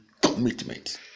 commitment